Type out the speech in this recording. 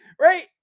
Right